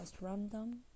random